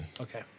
Okay